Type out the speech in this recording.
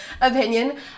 opinion